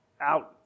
Out